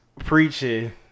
Preaching